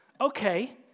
okay